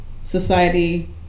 society